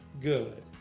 good